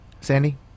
Sandy